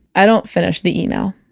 i don't finish the email.